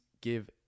give